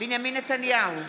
בנימין נתניהו,